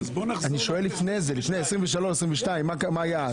אני שואל לפני זה 23, 22 מה היה אז?